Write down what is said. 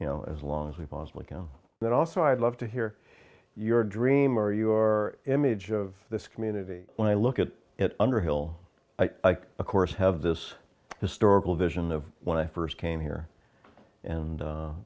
you know as long as we possibly can that also i'd love to hear your dream or your image of this community when i look at it underhill ike of course have this historical vision of when i first came here and